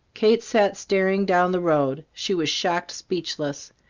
kate sat staring down the road. she was shocked speechless.